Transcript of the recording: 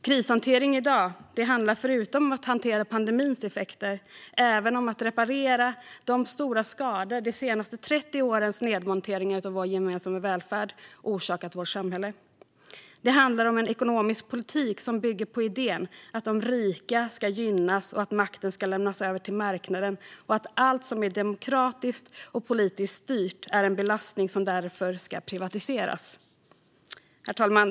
Krishantering i dag handlar, förutom om att hantera pandemins effekter, även om att reparera de stora skador som de senaste 30 årens nedmonteringar av vår gemensamma välfärd har orsakat vårt samhälle. Det handlar om en ekonomisk politik som bygger på idén att de rika ska gynnas, att makten ska lämnas över till marknaden och att allt som är demokratiskt och politiskt styrt är en belastning och därför ska privatiseras. Herr talman!